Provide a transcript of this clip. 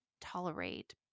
tolerate